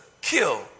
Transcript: kill